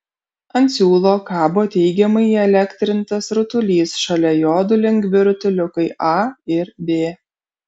ant siūlo kabo teigiamai įelektrintas rutulys šalia jo du lengvi rutuliukai a ir b